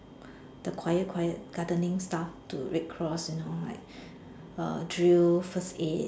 the quiet quiet gardening stuff to red cross you know like uh drills first aid